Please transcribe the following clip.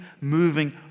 moving